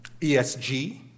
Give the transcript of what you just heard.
ESG